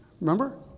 remember